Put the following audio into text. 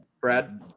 Brad